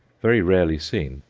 very rarely seen,